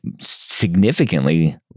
significantly